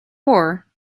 war